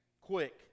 Quick